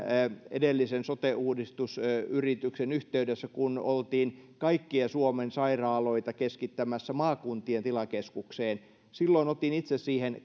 edellisen sote uudistusyrityksen yhteydessä kun oltiin kaikkia suomen sairaaloita keskittämässä maakuntien tilakeskukseen silloin otin itse siihen